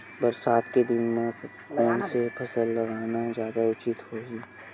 बरसात के दिन म कोन से फसल लगाना जादा उचित होही?